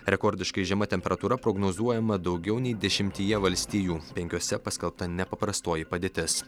rekordiškai žema temperatūra prognozuojama daugiau nei dešimtyje valstijų penkiose paskelbta nepaprastoji padėtis